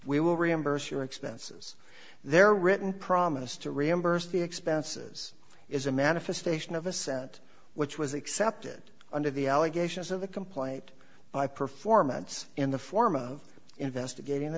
we will reimburse your expenses there written promise to reimburse the expenses is a manifestation of assent which was accepted under the allegations of the complaint by performance in the form of investigating the